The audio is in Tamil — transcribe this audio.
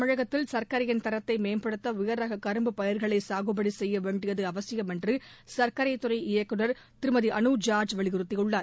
தமிழகத்தில் சர்க்கரையின் தரத்தை மேம்படுத்த உயர்ரக கரும்புப் பயிர்களை சாகுபடி செய்ய வேண்டியது அவசியம் என்று சர்க்கரைத் துறை இயக்குநர் திருமதி அனு ஜார்ஜ் வலியுறுத்தியுள்ளார்